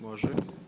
Može.